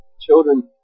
Children